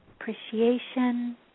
appreciation